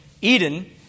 Eden